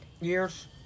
Years